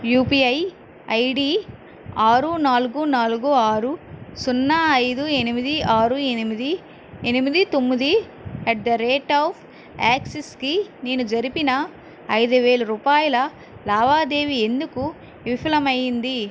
UPI ID ఆరు నాలుగు నాలుగు ఆరు సున్నా ఐదు ఎనిమిది ఆరు ఎనిమిది ఎనిమిది తొమ్మిది అట్ ది రేట్ ఆఫ్ యాక్సిస్కి నేను జరిపిన ఐదు వేలు రూపాయల లావాదేవీ ఎందుకు విఫలం అయ్యింది